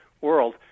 world